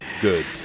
good